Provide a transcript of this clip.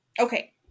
okay